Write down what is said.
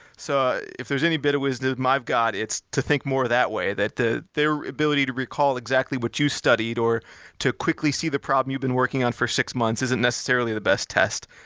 so if there's any bit of wisdom i've got, it's to think more that way, that their ability to recall exactly what you studied or to quickly see the problem you've been working on for six months isn't necessarily the best test.